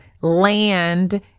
land